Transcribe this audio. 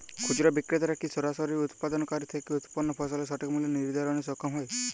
খুচরা বিক্রেতারা কী সরাসরি উৎপাদনকারী থেকে উৎপন্ন ফসলের সঠিক মূল্য নির্ধারণে সক্ষম হয়?